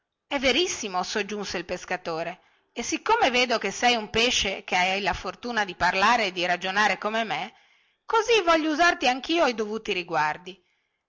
è verissimo soggiunse il pescatore e siccome vedo che sei un pesce che hai la fortuna di parlare e di ragionare come me così voglio usarti anchio i dovuti riguardi